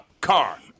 car